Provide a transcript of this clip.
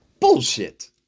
bullshit